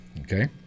Okay